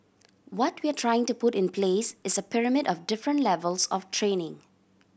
what we're trying to put in place is a pyramid of different levels of training